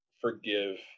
forgive